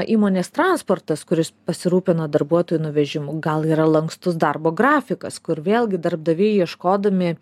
įmonės transportas kuris pasirūpina darbuotojų nuvežimu gal yra lankstus darbo grafikas kur vėlgi darbdaviai ieškodami